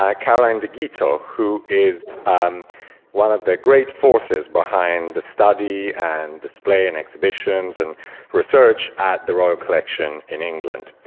ah caroline de guitaut, who is one of the great forces behind the study and display and exhibitions and research at the royal collection in england.